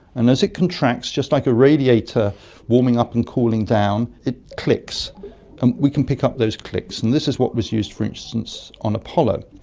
and as it contracts, just like a radiator warming up and cooling down, it clicks, and we can pick up those clicks. and this is what was used, for instance, on apollo.